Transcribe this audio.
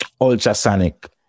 Ultrasonic